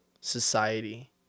society